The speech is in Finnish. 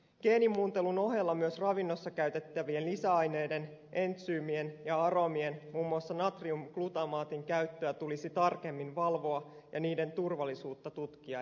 geenimuuntelun ohella myös ravinnossa käytettävien lisäaineiden entsyymien ja aromien muun muassa natriumglutamaatin käyttöä tulisi tarkemmin valvoa ja niiden turvallisuutta tutkia enemmän